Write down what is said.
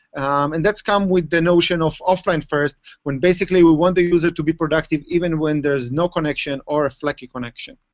and that's come with the notion of offline first, when basically we want the user to be productive, even when there is no connection or a flaky connection.